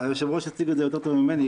היושב-ראש הציג את זה יותר טוב ממני.